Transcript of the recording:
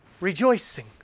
rejoicing